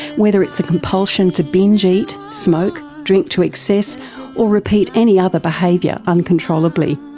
whether it's a compulsion to binge eat, smoke, drink to excess or repeat any other behaviour uncontrollably.